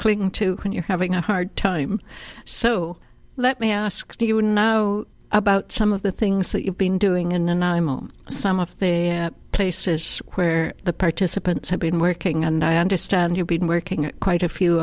cling to when you're having a hard time so let me ask you you wouldn't know about some of the things that you've been doing and imo some of the places where the participants have been working and i understand you've been working quite a few